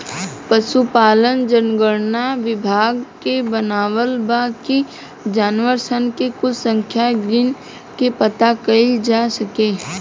पसुपालन जनगणना विभाग के बनावल बा कि जानवर सन के कुल संख्या गिन के पाता कइल जा सके